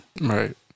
right